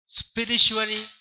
spiritually